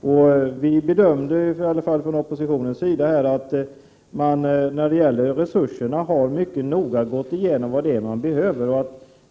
Vi har bedömt — i varje fall har vi gjort det från oppositionens sida — att invandrarverket mycket noggrant har gått igenom vad verket behöver när det gäller resurser.